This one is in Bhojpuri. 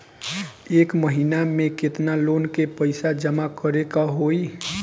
एक महिना मे केतना लोन क पईसा जमा करे क होइ?